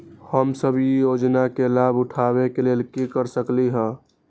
हम सब ई योजना के लाभ उठावे के लेल की कर सकलि ह?